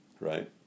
right